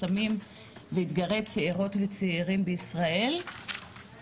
סמים ואתגרי צעירות וצעירים בישראל,